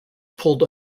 pulled